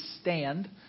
stand